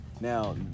now